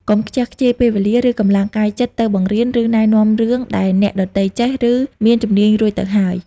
កុំខ្ជះខ្ជាយពេលវេលា ឬកម្លាំងកាយចិត្តទៅបង្រៀន ឬណែនាំរឿងដែលអ្នកដទៃចេះ ឬមានជំនាញរួចទៅហើយ។